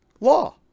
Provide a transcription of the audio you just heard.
law